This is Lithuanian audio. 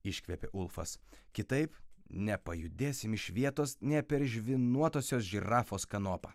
iškvėpė ulfas kitaip nepajudėsim iš vietos nė per žvynuotosios žirafos kanopą